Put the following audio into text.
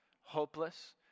hopeless